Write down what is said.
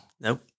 Nope